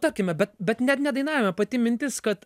tarkime bet bet net ne dainavime pati mintis kad